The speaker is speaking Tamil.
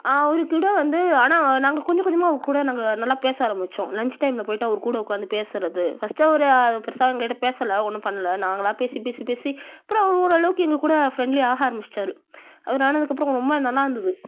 அவர் கூட வந்து ஆனால் நாங்கள் கொஞ்சம் கொஞ்சமாக அவர் கூட நாங்கள் நல்லா பேச ஆரமித்தோம் லன்ச் டைமில் போயிட்டு அவர் கூட உக்காந்து பேசுவது ஃபர்ஸ்ட் அவர் பெருசாக எங்கள் கிட்டே பேசலை ஒன்றும் பண்ணல நாங்களாக பேசி பேசி பேசி அப்றம் ஓரளவுக்கு எங்க கூட ஃபிரென்டலியாக ஆக ஆரமிச்சுட்டாரு அவர் ஆனதுக்கு அப்புறம் ரொம்ப நல்லாயிருந்துது